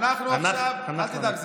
אל תדאג,